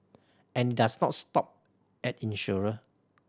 and does not stop at insurer